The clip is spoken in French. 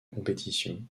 compétition